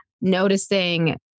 noticing